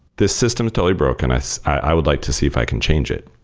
this system is totally brokenness. i would like to see if i can change it.